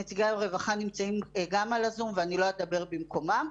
נציגי הרווחה נמצאים גם בזום ואני לא אדבר במקומם.